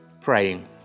praying